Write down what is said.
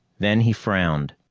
then he frowned.